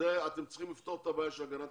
ואתם צריכים לפתור בעניין הזה את הגנת